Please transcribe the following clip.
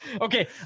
Okay